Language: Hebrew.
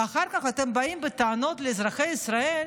ואחר כך אתם באים בטענות לאזרחי ישראל